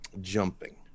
jumping